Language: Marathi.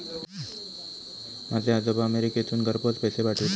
माझे आजोबा अमेरिकेतसून घरपोच पैसे पाठवूचे